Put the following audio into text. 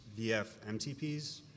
VFMTPs